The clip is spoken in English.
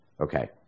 Okay